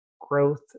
growth